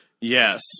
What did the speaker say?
Yes